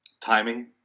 Timing